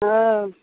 हाँ